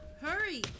hurry